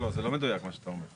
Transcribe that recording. לא, זה לא מדויק מה שאתה אומר.